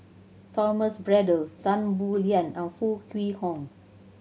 Thomas Braddell Tan Boo Liat and Foo Kwee Horng